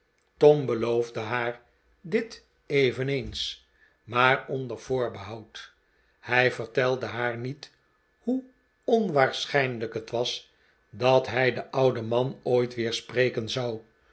tom beloofde haar dit eveneens maar onder voorbehoud hij vertelde haar niet hoe onwaarschijnlijk het was dat hij den ouden man ooit weer spreken zou